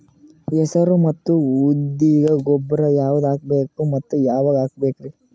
ಹೆಸರು ಮತ್ತು ಉದ್ದಿಗ ಗೊಬ್ಬರ ಯಾವದ ಹಾಕಬೇಕ ಮತ್ತ ಯಾವಾಗ ಹಾಕಬೇಕರಿ?